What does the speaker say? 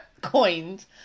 Coins